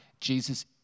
Jesus